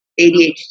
ADHD